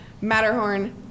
Matterhorn